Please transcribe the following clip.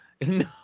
No